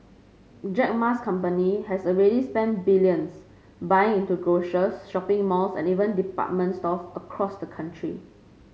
Jack Ma's company has already spent billions buying into grocers shopping malls and even department stores across the country